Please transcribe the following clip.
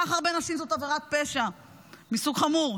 סחר בנשים זאת עבירת פשע מסוג חמור,